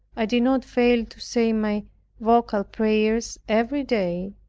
i did not fail to say my vocal prayers every day,